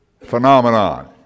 phenomenon